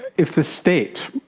if the state,